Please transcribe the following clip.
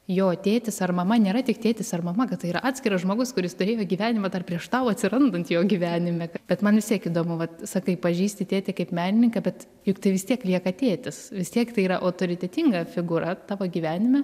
jo tėtis ar mama nėra tik tėtis ar mama kad tai yra atskiras žmogus kuris turėjo gyvenimą dar prieš tau atsirandant jo gyvenime bet man vis tiek įdomu vat sakai pažįsti tėtį kaip menininką bet juk tai vis tiek lieka tėtis vis tiek tai yra autoritetinga figūra tavo gyvenime